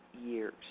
years